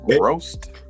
roast